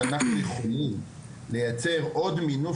בכל מקום שבו אנחנו יכולים לייצור עוד איזה שהוא מינוף